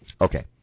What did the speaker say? Okay